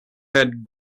had